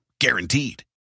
Guaranteed